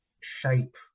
shape